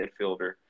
midfielder